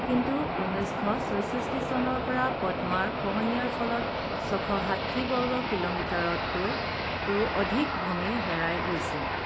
কিন্তু ঊনৈছশ ছয়ষষ্টি চনৰ পৰা পদ্মাৰ খহনীয়াৰ ফলত ছয়শ ষাঠি বৰ্গ কিলোমিটাৰতকৈও অধিক ভূমি হেৰাই গৈছে